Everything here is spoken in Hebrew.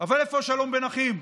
אבל איפה השלום בין אחים,